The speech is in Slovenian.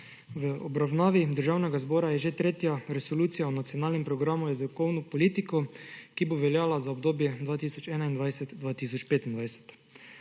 V obravnavi Državnega zbora je že tretja resolucija o nacionalnem programu za jezikovno politiko, ki bo veljala za obdobje 2021-2025.